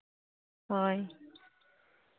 ᱦᱳᱭ